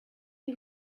you